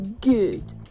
good